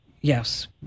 yes